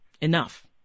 enough